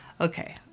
Okay